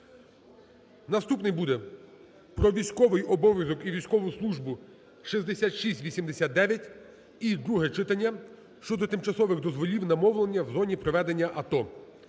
наступний буде про військовий обов'язок і військову службу (6689) і друге читання – щодо тимчасових дозволів на мовлення в зоні проведення АТО.